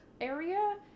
area